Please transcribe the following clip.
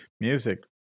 music